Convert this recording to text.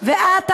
אדוני היושב-ראש,